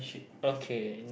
okay